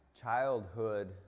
childhood